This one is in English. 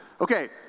Okay